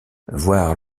voir